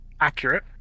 Accurate